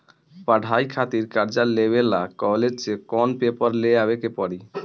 पढ़ाई खातिर कर्जा लेवे ला कॉलेज से कौन पेपर ले आवे के पड़ी?